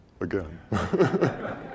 again